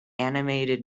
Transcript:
animated